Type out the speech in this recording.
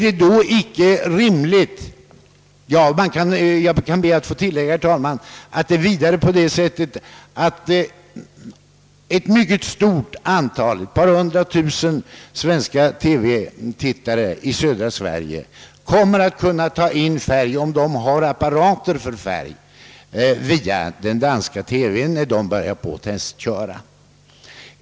Ett mycket stort antal TV-tittare i södra Sverige, ett par hundra tusen personer, kommer att kunna ta in färgprogram, om de har apparater härför, via den danska TV:n när danskarna börjar testköra.